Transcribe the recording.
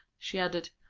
she added.